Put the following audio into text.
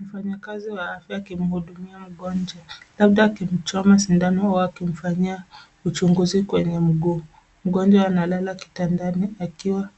Mfanyakazi wa afya akimhudumia mgonjwa labda akimchoma sindano au akimfanyia uchunguzi kwenye mguu. Mgonjwa analala kitandani akiwa